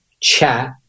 chat